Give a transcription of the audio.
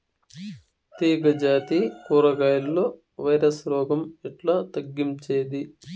తీగ జాతి కూరగాయల్లో వైరస్ రోగం ఎట్లా తగ్గించేది?